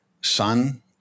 sun